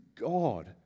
God